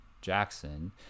jackson